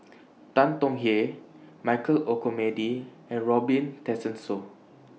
Tan Tong Hye Michael Olcomendy and Robin Tessensohn